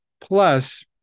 Plus